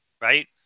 Right